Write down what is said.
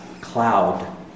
cloud